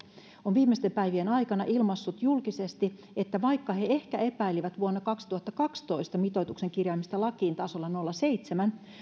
on viimeisten päivien aikana ilmaissut julkisesti että vaikka he ehkä epäilivät vuonna kaksituhattakaksitoista mitoituksen kirjaamista lakiin tasolla nolla pilkku seitsemän